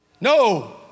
No